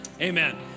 Amen